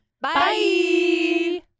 Bye